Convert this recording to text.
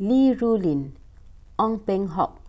Li Rulin Ong Peng Hock